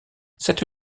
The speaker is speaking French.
cette